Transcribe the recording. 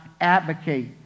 advocate